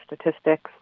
statistics